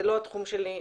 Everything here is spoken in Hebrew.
זה לא התחום השלי,